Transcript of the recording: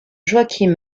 joachim